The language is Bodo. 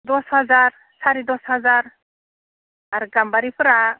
दस हाजार साराइ दस हाजार आरो गाम्बारिफोरा